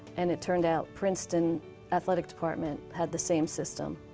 and it turned out princeton athletic department had the same system.